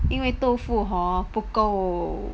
因为豆腐 hor 不够